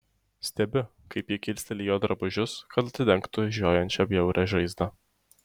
stebiu kaip ji kilsteli jo drabužius kad atidengtų žiojančią bjaurią žaizdą